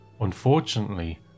Unfortunately